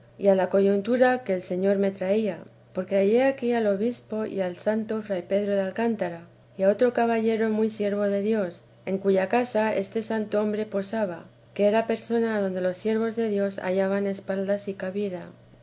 a la coyuntura que el señor me traía porque hallé aquí el obispo y el santo fray pedro de alcántara y a otro caballero muy siervo de dios en cuya casa este santo hombre posaba que era persona adonde los siervos de dios hallaban espaldas y cabida